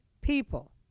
people